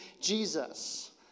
Jesus